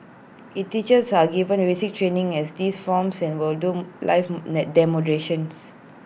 IT teachers are given training as these forms and will do live demonstrations